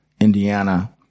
Indiana